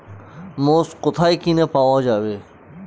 মোষ কোথায় কিনে পাওয়া যাবে?